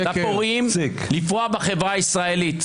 הפרעות באזרחי ישראל לא לגיטימי.